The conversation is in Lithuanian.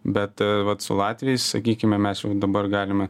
bet vat su latviais sakykime mes jau dabar galime